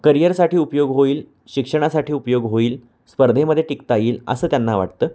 करियरसाठी उपयोग होईल शिक्षणासाठी उपयोग होईल स्पर्धेमध्ये टिकता येईल असं त्यांना वाटतं